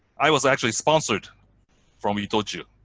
i was actually sponsored from itochu,